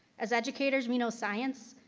as educators, we know science,